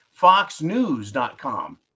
Foxnews.com